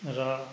र